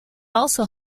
also